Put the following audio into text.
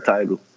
Title